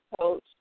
coach